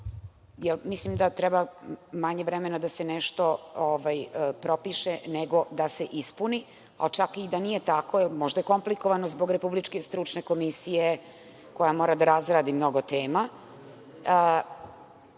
mislim da treba manje vremena da se nešto propiše, nego da se ispuni, čak i da nije tako, možda je komplikovano zbog republičke stručne komisije koja mora da razradi mnogo tema. Kako